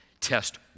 Test